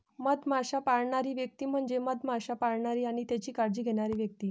मधमाश्या पाळणारी व्यक्ती म्हणजे मधमाश्या पाळणारी आणि त्यांची काळजी घेणारी व्यक्ती